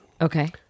Okay